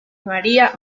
maría